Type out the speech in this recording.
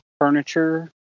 furniture